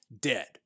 dead